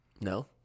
No